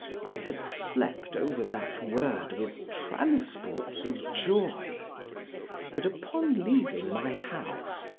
i had slept over that word with transports of joy but, upon leaving my house,